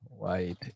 White